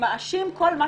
שמאשים כל מה